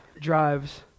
drives